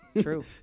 True